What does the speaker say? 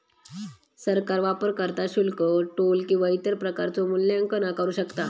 सरकार वापरकर्ता शुल्क, टोल किंवा इतर प्रकारचो मूल्यांकन आकारू शकता